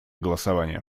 голосование